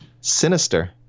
Sinister